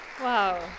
Wow